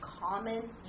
common